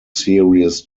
series